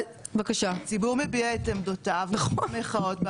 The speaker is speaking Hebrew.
הציבור מביע את עמדותיו במחאות,